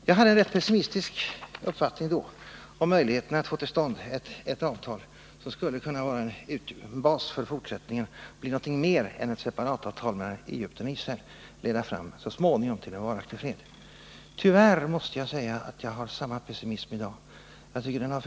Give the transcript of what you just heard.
Jag hade en rätt pessimistisk uppfattning då om möjligheterna att få till stånd ett avtal som skulle kunna vara en bas för fortsättningen, bli någonting mer än ett separat avtal mellan Egypten och Israel och så småningom leda fram till en varaktig fred. Tyvärr måste jag säga att jag hyser samma pessimism i dag, den hart.o.m.